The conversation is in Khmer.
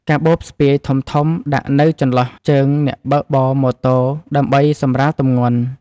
កាបូបស្ពាយធំៗដាក់នៅចន្លោះជើងអ្នកបើកបរម៉ូតូដើម្បីសម្រាលទម្ងន់។